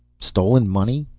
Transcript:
stolen money?